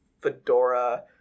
fedora